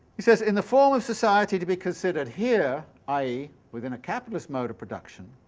he says in the form of society to be considered here i e. within a capitalist mode of production